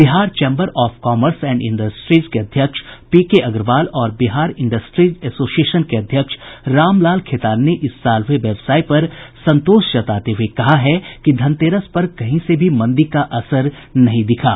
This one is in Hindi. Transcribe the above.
Bihar chamber of commerce and industries के अध्यक्ष पी के अग्रवाल और बिहार इंडस्ट्रीज एसोसिएशन के अध्यक्ष रामलाल खेतान ने इस साल हुये व्यवसाय पर संतोष जताते हुये कहा है कि धनतेरस पर कहीं से भी मंदी का असर नहीं दिखा